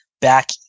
back